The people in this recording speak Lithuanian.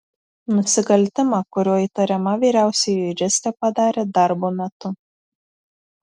nusikaltimą kuriuo įtariama vyriausioji juristė padarė darbo metu